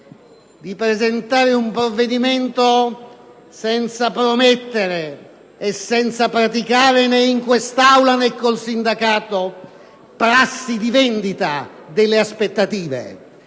di presentare un provvedimento senza promettere e senza praticare, né in quest'Aula né con il sindacato, prassi di vendita delle aspettative.